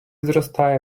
зростає